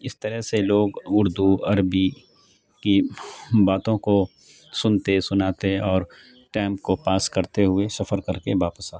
اس طرح سے لوگ اردو عربی کی باتوں کو سنتے سناتے اور ٹائم کو پاس کرتے ہوئے سفر کر کے واپس آتے ہیں